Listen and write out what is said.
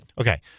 Okay